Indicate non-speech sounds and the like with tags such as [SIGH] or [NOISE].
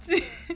[LAUGHS]